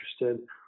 interested